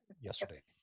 Yesterday